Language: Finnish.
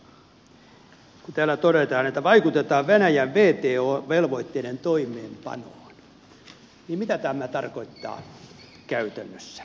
kun täällä todetaan että vaikutetaan venäjän wto velvoitteiden toimeenpanoon niin mitä tämä tarkoittaa käytännössä